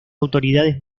autoridades